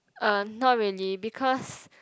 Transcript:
uh not really because